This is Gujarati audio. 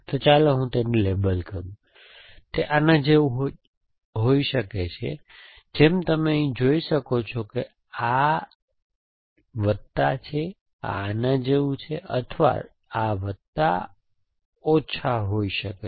તો ચાલો હું તેને લેબલ કરું તે આના જેવું હોઈ શકે છે જેમ તમે અહીં જોઈ શકો છો કે આ છે વત્તા આ આના જેવું છે અથવા તે વત્તા ઓછા હોઈ શકે છે